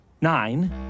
nine